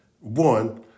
one